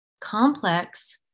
complex